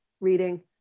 reading